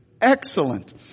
excellent